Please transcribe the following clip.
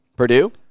Purdue